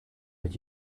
het